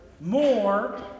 more